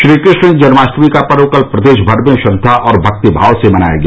श्रीकृष्ण जन्माष्टमी का पर्व कल प्रदेश भर में श्रद्वा और भक्तिभाव से मनाया गया